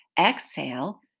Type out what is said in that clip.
Exhale